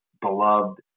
beloved